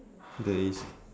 there is